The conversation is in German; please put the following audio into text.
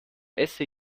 esse